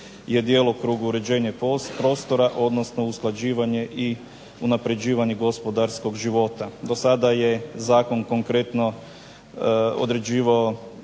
Hvala vam